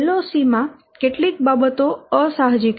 LOC માં કેટલીક બાબતો અસાહજિક છે